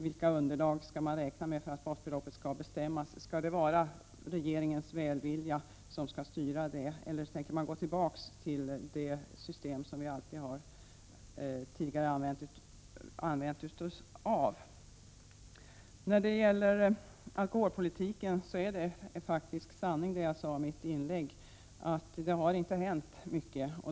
Vilka underlag skall man räkna med? Är det regeringens välvilja som skall styra beräkningen, eller tänker man gå tillbaka till det system som vi tidigare alltid har använt? I fråga om alkoholpolitiken är det faktiskt sant som jag sade i mitt inlägg — att det inte har hänt mycket.